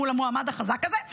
מול המועמד החזק הזה,